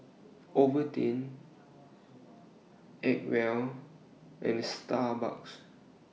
Ovaltine Acwell and Starbucks